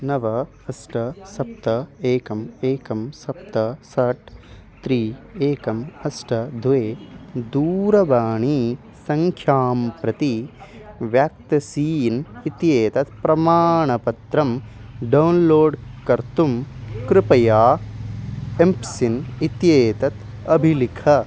नव अष्ट सप्त एकम् एकं सप्त षट् त्रीणि एकम् अष्ट द्वे दूरवाणीसङ्ख्यां प्रति व्याक्तसीन् इति एतत् प्रमाणपत्रं डौन्लोड् कर्तुं कृपया एम् सिन् इत्येतत् अभिलिख